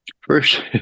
First